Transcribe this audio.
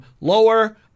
Lower